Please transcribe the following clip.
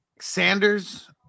Sanders